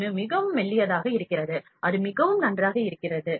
1 மிகவும் மெல்லியதாக இருக்கிறது அது மிகவும் நன்றாக இருக்கிறது